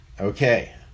okay